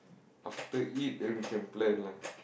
after eat then we can plan lah